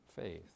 faith